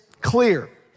clear